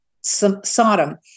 Sodom